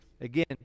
again